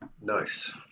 nice